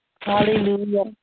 Hallelujah